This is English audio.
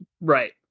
Right